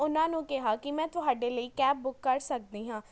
ਉਨ੍ਹਾਂ ਨੂੰ ਕਿਹਾ ਕਿ ਮੈਂ ਤੁਹਾਡੇ ਲਈ ਕੈਬ ਬੁੱਕ ਕਰ ਸਕਦੀ ਹਾਂ